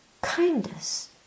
kindness